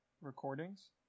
recordings